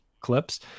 clips